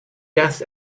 death